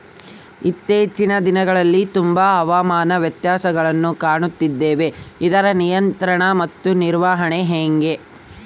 ಇತ್ತೇಚಿನ ದಿನಗಳಲ್ಲಿ ತುಂಬಾ ಹವಾಮಾನ ವ್ಯತ್ಯಾಸಗಳನ್ನು ಕಾಣುತ್ತಿದ್ದೇವೆ ಇದರ ನಿಯಂತ್ರಣ ಮತ್ತು ನಿರ್ವಹಣೆ ಹೆಂಗೆ?